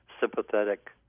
sympathetic